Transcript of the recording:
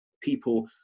people